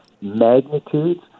magnitudes